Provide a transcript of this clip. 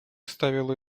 оставил